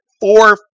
four